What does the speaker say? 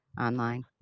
online